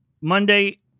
Monday